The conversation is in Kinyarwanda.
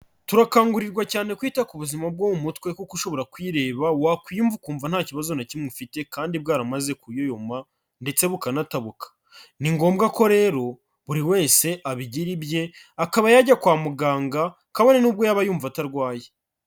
Turakangurirwa cyane kwita ku buzima bwo mu mutwe kuko ushobora kwireba wakwiyumva ukumva nta kibazo na kimwe ufite kandi bwaramaze kuyoyoma ndetse bukanatabuka, ni ngombwa ko rero buri wese abigira ibye akaba yajya kwa muganga kabone n'ubwo yaba yumva atarwaye.